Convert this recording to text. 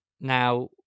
Now